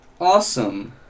awesome